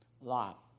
Lot